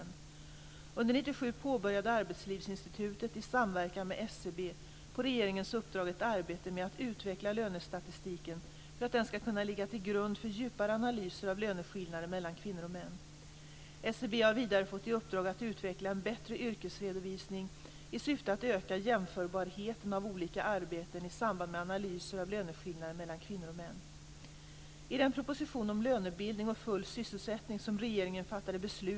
Under år 1997 påbörjade Arbetslivsinstitutet i samverkan med SCB på regeringens uppdrag ett arbete med att utveckla lönestatistiken för att den ska kunna ligga till grund för djupare analyser av löneskillnader mellan kvinnor och män. SCB har vidare fått i uppdrag att utveckla en bättre yrkesredovisning i syfte att öka jämförbarheten av olika arbeten i samband med analyser av löneskillnader mellan kvinnor och män.